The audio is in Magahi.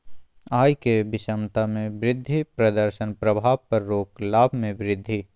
आय के विषमता में वृद्धि प्रदर्शन प्रभाव पर रोक लाभ में वृद्धि